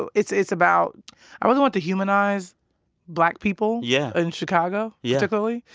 so it's it's about i really wanted to humanize black people yeah in chicago, yeah particularly,